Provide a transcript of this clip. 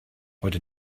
heute